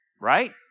right